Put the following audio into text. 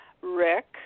Rick